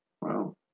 Wow